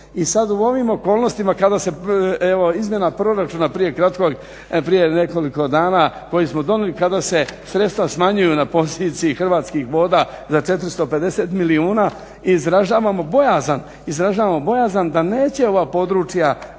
I sad u ovim okolnostima kada se evo izmjena proračuna prije nekoliko dana koji smo donijeli kada se sredstva smanjuju na poziciji Hrvatskih voda za 450 milijuna izražavamo bojazan da neće ova područja